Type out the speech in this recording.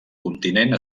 continent